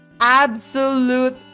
absolute